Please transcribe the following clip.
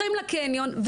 הולכים לקניון,